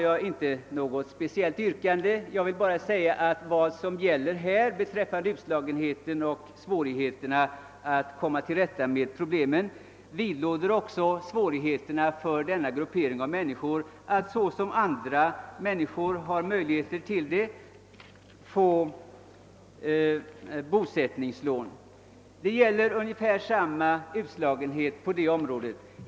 Jag vill tillägga att utslagenheten tar sig uttryck också i svårigheter för denna grupp av människor att få bosättningslån på samma villkor som andra människor.